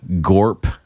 gorp